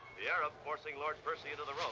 the arab forcing lord percy into the ropes.